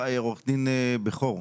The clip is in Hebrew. עו"ד בכור,